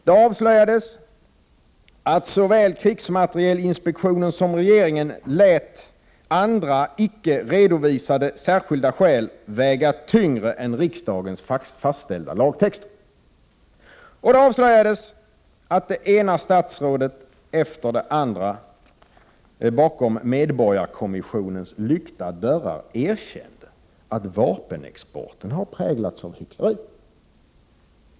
Det avslöjades att såväl krigsmaterielinspektionen som regeringen lät andra icke redovisade särskilda skäl väga tyngre än riksdagens fastställda lagtexter, och det avslöjades att det ena statsrådet efter det andra bakom medborgarkommissionens lyckta dörrar erkände att vapenexporten har präglats av hyckleri.